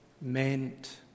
meant